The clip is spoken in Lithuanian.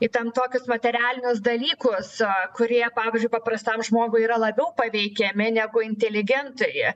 į ten tokius materialinius dalykus kurie pavyzdžiui paprastam žmogui yra labiau paveikiami negu inteligentui